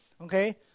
Okay